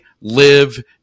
live